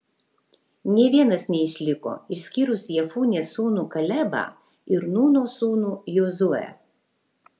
nė vienas neišliko išskyrus jefunės sūnų kalebą ir nūno sūnų jozuę